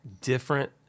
different